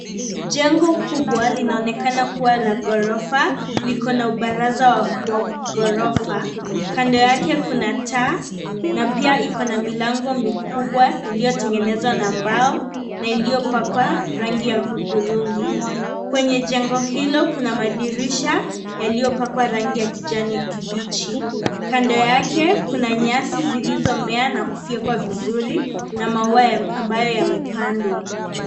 Jengo kubwa linaonekana kuwa la ghorofa liko na ubaraza wa ghorofa. Kando yake kuna taa na pia iko na milango mikubwa iliyotengenezwa na mbao na iliyopakwa rangi ya hudhurungi. Kwenye jengo hilo kuna madirisha yaliyopakwa rangi ya kijani kibichi. Kando yake kuna nyasi zilizomea na kufyekwa vizuri na maua ambayo yamepandwa.